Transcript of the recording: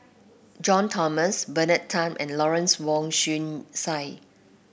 John Bernard Tan and Lawrence Wong Shyun Tsai